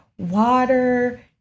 water